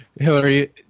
Hillary